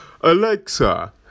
Alexa